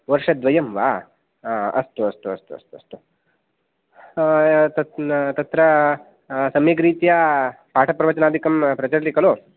वर्षद्वयं वा अस्तु अस्तु अस्तु तत्र सम्यक् रीत्या पाठप्रवचनादिकं प्रचलति खलु